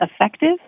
effective